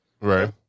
Right